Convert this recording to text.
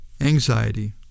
anxiety